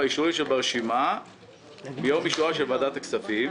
סבורים שכדי לקיים את הדיון ביחס לעמותות